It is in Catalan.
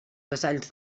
vassalls